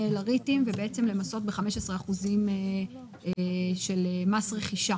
ל-ריטים ובעצם למסות ב-15 אחוזים של מס רכישה.